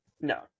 No